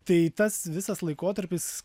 tai tas visas laikotarpis